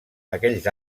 aquells